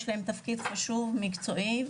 יש להם תפקיד חשוב, מקצועי.